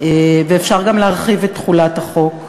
ואפשר גם להרחיב את תחולת החוק.